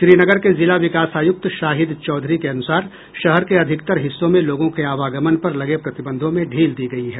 श्रीनगर के जिला विकास आयुक्त शाहिद चौधरी के अनुसार शहर के अधिकतर हिस्सों में लोगों के आवागमन पर लगे प्रतिबंधों में ढील दी गयी है